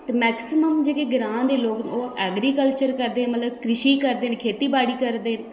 ते मैक्सिम्म जेह्के ग्रांऽ दे लोक न ओह् एग्रीकल्चर करदे मतलब कृशि करदे न खेती बाड़ी करदे न